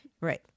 Right